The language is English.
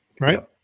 Right